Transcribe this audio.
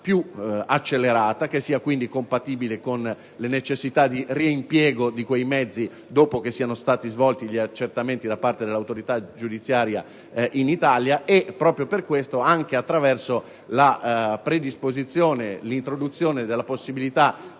più accelerata, che sia quindi compatibile con le necessità di reimpiego di quei mezzi dopo che siano stati svolti gli accertamenti da parte dell'autorità giudiziaria in Italia. Proprio per questo è prevista anche l'introduzione della possibilità